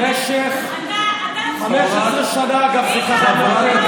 אתה, הנגב, במשך 15 שנה, צביקה, המדינה.